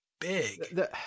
big